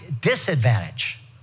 disadvantage